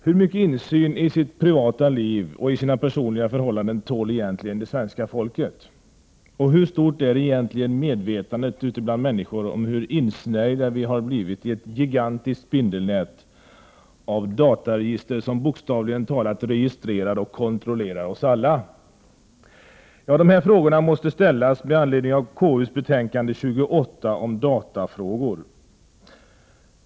Herr talman! Hur mycken insyn i sitt privata liv och sina personliga förhållanden tål egentligen det svenska folket? Och hur stort är egentligen medvetandet ute bland människor om hur insnärjda vi har blivit i ett gigantiskt spindelnät av dataregister som bokstavligen talat registrerar och kontrollerar oss alla? De här frågorna måste ställas med anledning av KU:s betänkande 28 om datafrågor.